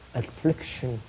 affliction